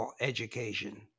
education